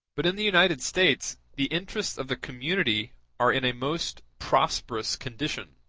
but in the united states the interests of the community are in a most prosperous condition.